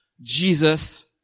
jesus